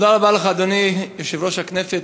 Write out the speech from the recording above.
תודה רבה לך, אדוני יושב-ראש הכנסת.